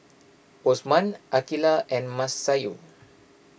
Osman Aqeelah and Masayu